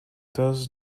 does